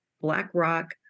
BlackRock